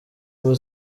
ubu